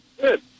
Good